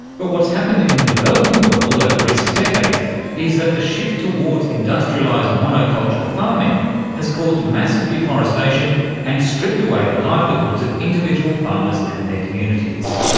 but what's happened in the developing world over recent decades is that the shift towards industrialised monoculture farming has caused massive deforestation and stripped away the livelihoods of individual farmers and their communities.